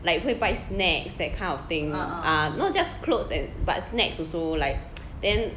like 会 buy snacks that kind of thing ah not just clothes and but snacks also like then